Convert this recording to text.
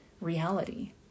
reality